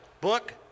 book